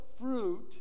fruit